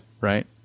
right